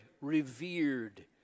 revered